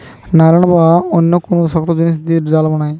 nylon বা অন্য কুনু শক্ত জিনিস দিয়ে জাল বানায়